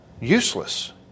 useless